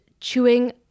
chewing